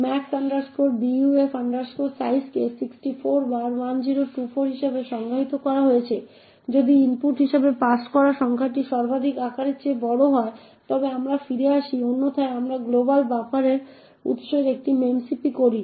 Max buf size কে 64 বার 1024 হিসাবে সংজ্ঞায়িত করা হয়েছে যদি ইনপুট হিসাবে পাস করা সংখ্যাটি সর্বাধিক আকারের চেয়ে বড় হয় তবে আমরা ফিরে আসি অন্যথায় আমরা গ্লোবাল বাফারে উত্সের একটি মেমসিপি করি